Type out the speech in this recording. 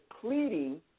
pleading